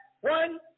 one